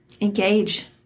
engage